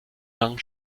young